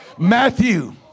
Matthew